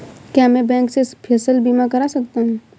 क्या मैं बैंक से फसल बीमा करा सकता हूँ?